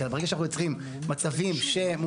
כי ברגע שאנחנו יוצרים מצבים שמאושרים